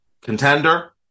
contender